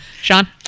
Sean